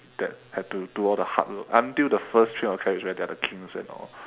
that had to do all the hard work until the first train of tracks where they are the kings and all